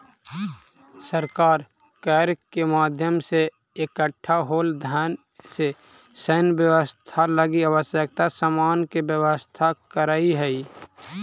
सरकार कर के माध्यम से इकट्ठा होल धन से सैन्य व्यवस्था लगी आवश्यक सामान के व्यवस्था करऽ हई